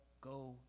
go